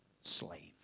slave